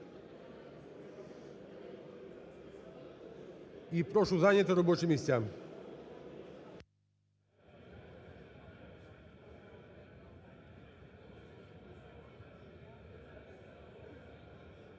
і прошу зайняти робочі місця.